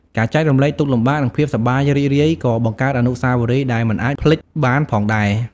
ការចែករំលែកទុក្ខលំបាក និងភាពសប្បាយរីករាយក៏បង្កើតអនុស្សាវរីយ៍ដែលមិនអាចភ្លេចបានផងដែរ។